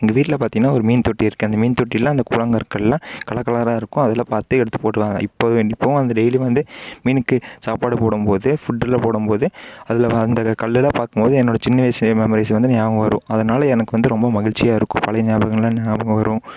எங்கள் வீட்டில் பார்த்தீங்கனா ஒரு மீன் தொட்டி இருக்குது அந்த மீன் தொட்டியெலாம் அந்த கூழாங்கற்களெலாம் கலர் கலராக இருக்கும் அதில் பார்த்து எடுத்துப் போட்டிருவாங்க இப்போவே இப்பவும் அந்த டெய்லியும் வந்து மீனுக்கு சாப்பாடு போடும்போது ஃபுட் எல்லாம் போடும்போது அதில் வ அந்த கல்லெலாம் பார்க்கும்போது என்னோட சின்ன வயது மெமரீஸ் வந்து ஞாபகம் வரும் அதனால எனக்கு வந்து ரொம்ப மகிழ்ச்சியாக இருக்கும் பழைய ஞாபகங்களெலாம் ஞாபகம் வரும்